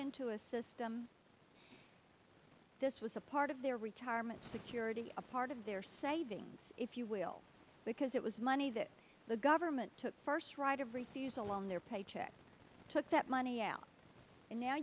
into a system this was a part of their retirement security a part of their savings if you will because it was money that the government took first right of refusal on their paycheck took that money out and now